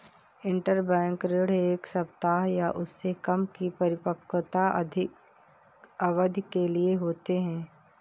interbank ऋण एक सप्ताह या उससे कम की परिपक्वता अवधि के लिए होते हैं